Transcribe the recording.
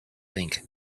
think